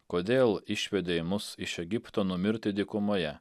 kodėl išvedei mus iš egipto numirti dykumoje